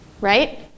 right